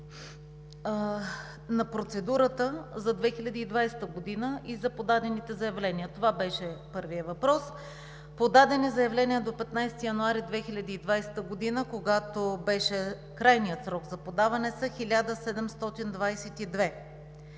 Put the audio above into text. на процедурата за 2020 г. и за подадените заявления – това беше първият въпрос. Подадените заявление до 15 януари 2020 г., когато беше крайният срок за подаване, са 1722.